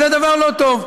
אז זה דבר לא טוב.